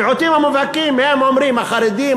המיעוטים המובהקים הם החרדים,